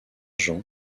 jean